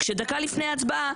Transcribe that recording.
דקה לפני ההצבעה